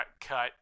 cut